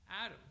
Adam